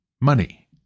money